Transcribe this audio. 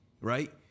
right